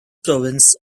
province